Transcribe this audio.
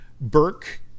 Burke